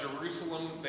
Jerusalem